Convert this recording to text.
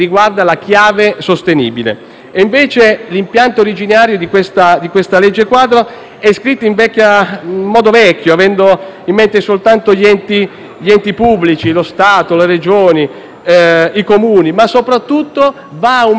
Invece, l'impianto originario di questa legge quadro è scritto in modo vecchio, avendo in mente soltanto gli enti pubblici, lo Stato, le Regioni e i Comuni, ma, soprattutto, va ad aumentare la burocrazia.